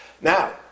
Now